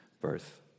birth